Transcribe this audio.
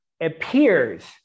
appears